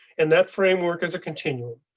and that framework is a continuum.